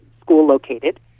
school-located